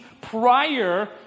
prior